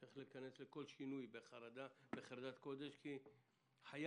צריך להיכנס לכל שינוי בחרדת קודש כי חיי